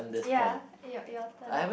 ya your your turn